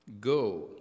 Go